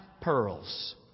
pearls